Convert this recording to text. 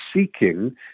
seeking